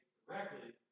directly